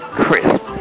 crisp